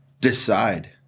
decide